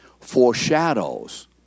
Foreshadows